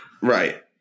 Right